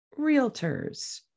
realtors